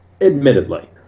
Admittedly